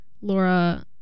laura